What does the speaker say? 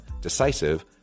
decisive